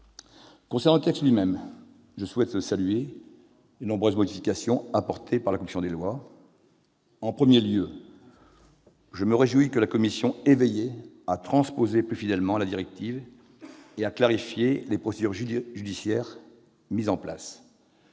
Concernant le texte lui-même, je souhaite saluer les nombreuses modifications apportées par la commission des lois. En premier lieu, je me réjouis que la commission ait veillé à transposer plus fidèlement la directive et à clarifier les procédures judiciaires mises en place